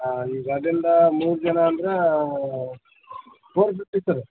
ಹಾಂ ಈಗ ಅಲ್ಲಿಂದ ಮೂರು ಜನ ಅಂದರೆ ಫೋರ್ ಫಿಫ್ಟಿ ಸರ್